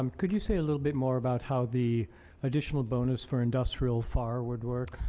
um could you say a little bit more about how the additional bonus for industrial far would work?